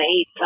eight